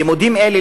לימודים אלו,